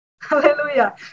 Hallelujah